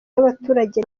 y’abaturage